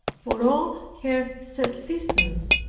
for all her subsistence,